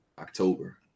October